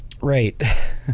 Right